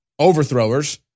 Overthrowers